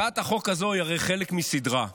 הצעת החוק הזו היא הרי חלק מסדרה.